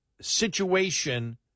situation